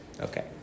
Okay